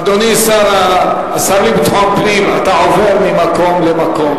אדוני השר לביטחון פנים, אתה עובר ממקום למקום.